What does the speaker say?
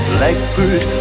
Blackbird